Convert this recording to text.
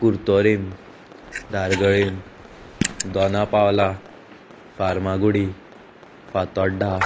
Curtorim Dargalim Dona Paula Farmagudi Fatorda